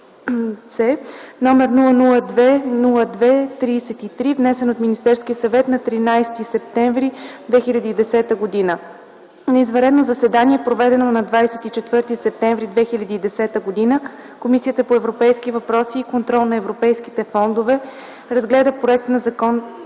№ 002-02-34, внесен от Министерския съвет на 16 септември 2010 г. На извънредно заседание, проведено на 24 септември 2010 г., Комисията по европейските въпроси и контрол на европейските фондове разгледа така